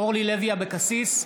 אורלי לוי אבקסיס,